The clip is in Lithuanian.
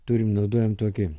turim naudojam tokį